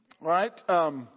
right